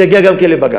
זה יגיע גם כן לבג"ץ.